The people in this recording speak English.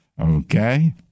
Okay